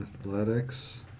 Athletics